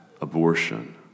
abortion